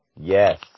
Yes